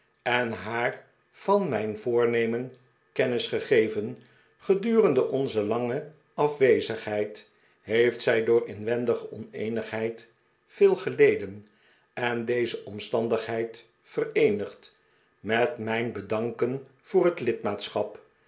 en haar van mijn voornemen kennis gegeven gedurende onze lange afwezigheid heeft zij door inwendige oneenigheden veel geleden en deze omstandigheid vereenigd met mijn bedanken voor het